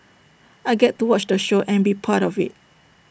I get to watch the show and be part of IT